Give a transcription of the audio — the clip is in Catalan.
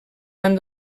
van